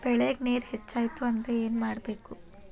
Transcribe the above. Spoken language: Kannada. ಬೆಳೇಗ್ ನೇರ ಹೆಚ್ಚಾಯ್ತು ಅಂದ್ರೆ ಏನು ಮಾಡಬೇಕು?